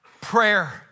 Prayer